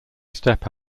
step